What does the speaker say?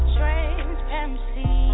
transparency